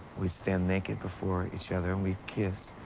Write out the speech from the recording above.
we'd stand naked before each other, and we'd kiss.